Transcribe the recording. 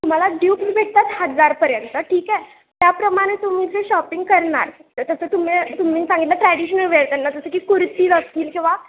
तुम्हाला ड्यूप्स भेटतात हजारपर्यंत ठीक आहे त्याप्रमाणे तुम्ही ज शॉपिंग करणार जसं तुम्ही तुम्ही सांगितलं ट्रॅडिशनल वेळ त्यांना जसं की कुर्ती बघतील किंवा